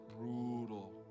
brutal